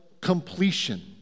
completion